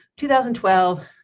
2012